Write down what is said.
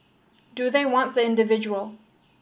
do they want the individual